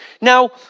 Now